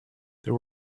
there